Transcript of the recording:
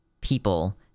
people